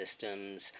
systems